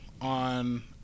on